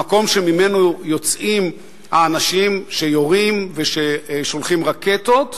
המקום שממנו יוצאים האנשים שיורים וששולחים רקטות,